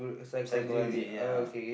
psychology ya ah